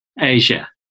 Asia